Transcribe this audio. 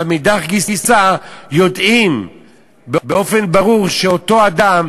אבל מאידך גיסא יודעים באופן ברור שאותו אדם,